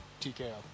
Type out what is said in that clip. TKO